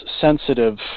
sensitive